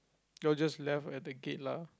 y'all just left at the gate lah